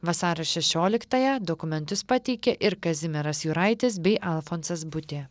vasario šešioliktąją dokumentus pateikė ir kazimieras juraitis bei alfonsas butė